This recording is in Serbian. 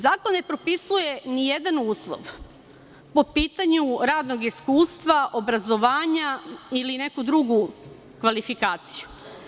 Zakon ne propisuje ni jedan uslov po pitanju radnog iskustva, obrazovanja ili neku drugu kvalifikaciju.